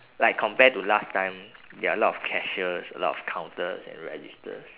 like compare to last time there are a lot of cashiers a lot of counters and registers